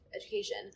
Education